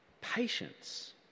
patience